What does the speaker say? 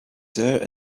dirt